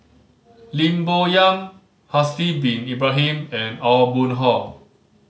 Lim Bo Yam Haslir Bin Ibrahim and Aw Boon Haw